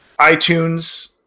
itunes